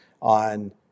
on